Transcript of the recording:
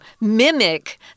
mimic